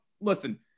listen